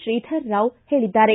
ಶ್ರೀಧರ ರಾವ್ ಹೇಳಿದ್ದಾರೆ